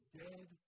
dead